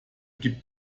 gib